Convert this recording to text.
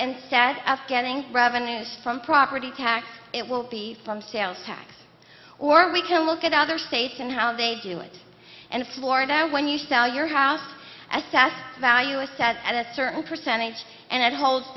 instead of getting revenues from property tax it will be from sales tax or we can look at other states and how they do it and florida when you sell your house as fast value is set at a certain percentage and it holds